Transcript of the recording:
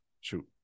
Shoot